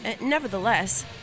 Nevertheless